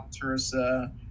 teresa